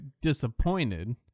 disappointed